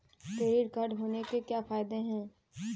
Credit card होने के क्या फायदे हैं?